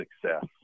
success